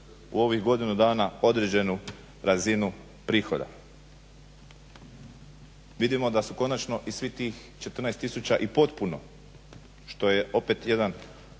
u ovih godinu dana određenu razinu prihoda. Vidimo da su konačno i svih tih 14 tisuća i potpuno što je opet jedan